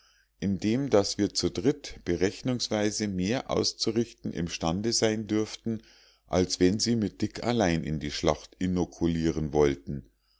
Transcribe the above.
indem daß wir zu dritt berechnungsweise mehr auszurichten imstande sein dürften als wenn sie mit dick allein eine schlacht inokulieren wollten